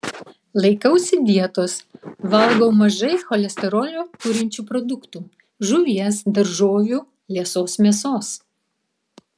laikausi dietos valgau mažai cholesterolio turinčių produktų žuvies daržovių liesos mėsos